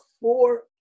four